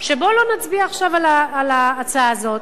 בוא לא נצביע עכשיו על ההצעה הזאת,